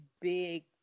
big